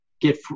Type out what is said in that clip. get